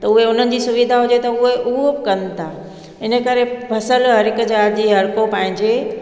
त उहे हुननि जी सुविधा हुजे त उहे कनि था इन करे फ़सुल हर हिकु ज़ाति जी हर को पंहिंजे